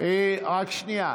רק שנייה.